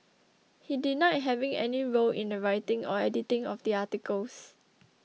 he denied having any role in the writing or editing of the articles